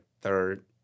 third